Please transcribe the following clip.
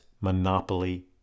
monopoly